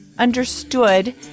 understood